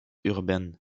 urbaine